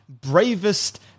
bravest